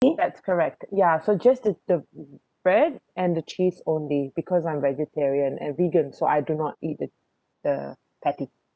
that's correct ya so just the the bread and the cheese only because I'm vegetarian and vegan so I do not eat the the patty